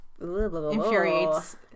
infuriates